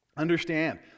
Understand